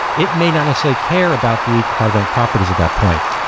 it may not necessarily care about the cloud event properties at that point.